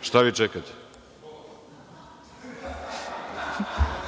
Šta vi čekate?(Saša